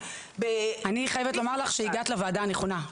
--- אני חייבת לומר לך שהגעת לוועדה הנכונה.